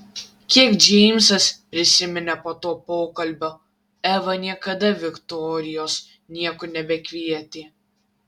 kiek džeimsas prisiminė po to pokalbio eva niekada viktorijos niekur nebekvietė